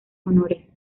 honores